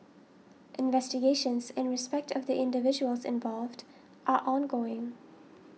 investigations in respect of the individuals involved are ongoing